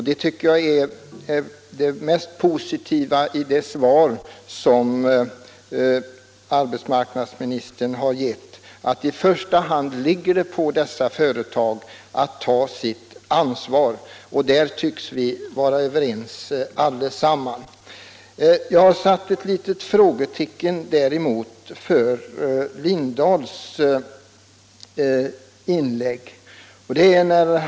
Det mest positiva i arbetsmarknadsministerns svar är att han framhåller att det i första hand ankommer på dessa företag att ta sitt ansvar. Där tycks vi allesammans vara överens. Jag har däremot satt ett litet frågetecken för det inlägg som herr Lindahl i Hamburgsund hade.